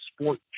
sport